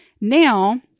Now